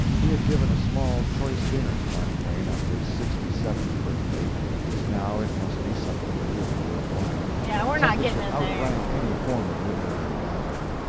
he had given a small, choice dinner to mark twain on his sixty-seventh birthday now it must be something really worth while something to outrank any former literary gathering.